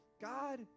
God